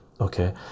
okay